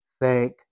thank